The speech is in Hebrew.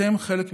אתם חלק מאיתנו.